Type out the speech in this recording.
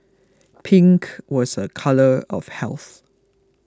pink was a colour of health